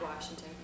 Washington